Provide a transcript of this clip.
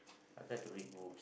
I tried to read book